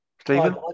Stephen